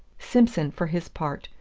simson, for his part,